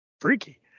freaky